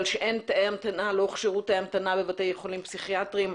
שאין תאי המתנה ולא שירותי המתנה בבתי חולים פסיכיאטריים.